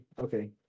okay